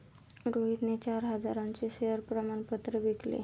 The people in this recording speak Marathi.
रोहितने चार हजारांचे शेअर प्रमाण पत्र विकले